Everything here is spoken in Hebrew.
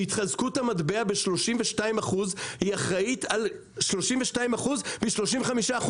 שהתחזקות המטבע ב-32% היא אחראית על 32% מ-35%